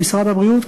במשרד הבריאות,